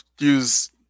use